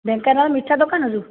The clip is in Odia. ଢେଙ୍କାନାଳ ମିଠା ଦୋକାନରୁ